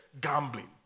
gambling